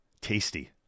tasty